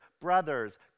brothers